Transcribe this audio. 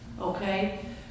Okay